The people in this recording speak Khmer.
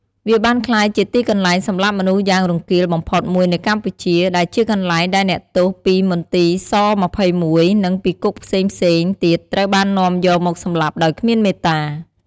វាបានក្លាយជាទីកន្លែងសម្លាប់មនុស្សយ៉ាងរង្គាលបំផុតមួយនៅកម្ពុជា ដែលជាកន្លែងដែលអ្នកទោសពីមន្ទីរស-២១ និងពីគុកផ្សេងៗទៀតត្រូវបាននាំយកមកសម្លាប់ដោយគ្មានមេត្តា។